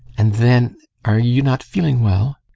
and then are you not feeling well?